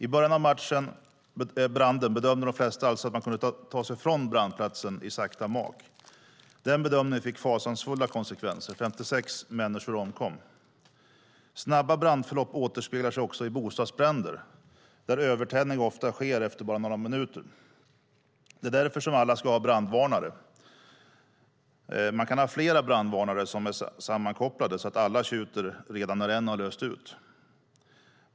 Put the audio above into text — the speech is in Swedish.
I början av branden bedömde de flesta alltså att man kunde ta sig från brandplatsen i sakta mak. Den bedömningen fick fasansfulla konsekvenser. 56 människor omkom. Snabba brandförlopp återspeglar sig också i bostadsbränder där övertändning ofta sker efter bara några minuter. Det är därför som alla ska ha brandvarnare. Man kan ha flera brandvarnare som är sammankopplade så att alla tjuter redan när en har löst ut.